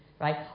right